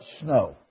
snow